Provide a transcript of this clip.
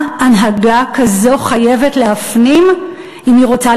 מה הנהגה כזאת חייבת להפנים אם היא רוצה